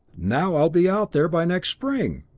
now i'll be out there by next spring!